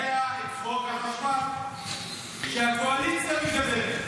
הוא פיתח את חוק החשמל שהקואליציה מקדמת.